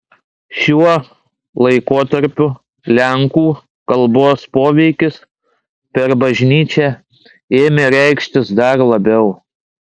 šiuo laikotarpiu lenkų kalbos poveikis per bažnyčią ėmė reikštis dar labiau